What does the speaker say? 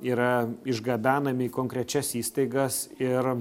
yra išgabenami į konkrečias įstaigas ir